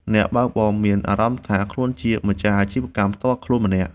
អ្នកបើកបរមានអារម្មណ៍ថាខ្លួនជាម្ចាស់អាជីវកម្មផ្ទាល់ខ្លួនម្នាក់។